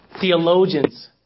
theologians